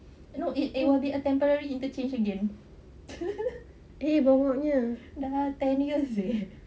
it will be a temporary interchange again dah ten years eh